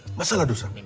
masala dosa.